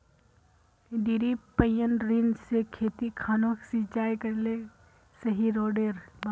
डिरिपयंऋ से खेत खानोक सिंचाई करले सही रोडेर?